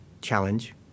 challenge